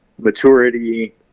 Maturity